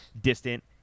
distant